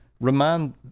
remind